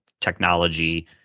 technology